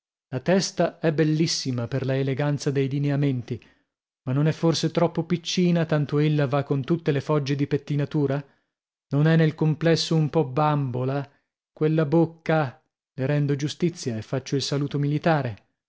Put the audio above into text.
la testa è bellissima per la eleganza dei lineamenti ma non è forse troppo piccina tanto ella va con tutte le fogge di pettinatura non è nel complesso un po bambola quella bocca le rendo giustizia e faccio il saluto militare